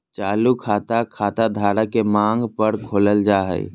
चालू खाता, खाता धारक के मांग पर खोलल जा हय